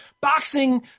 Boxing